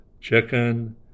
chicken